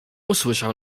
usłyszał